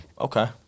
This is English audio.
Okay